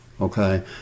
okay